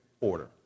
order